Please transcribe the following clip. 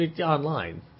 online